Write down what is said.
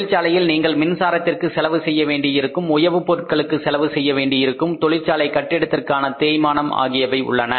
தொழிற்சாலையில் நீங்கள் மின்சாரத்திற்கு செலவு செய்ய வேண்டியிருக்கும் உயவு பொருட்களுக்கு செலவு செய்ய வேண்டியிருக்கும் தொழிற்சாலை கட்டிடத்திற்கான தேய்மானம் ஆகியவை உள்ளன